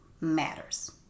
matters